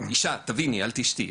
"אישה תביני, אל תשתי".